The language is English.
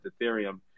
Ethereum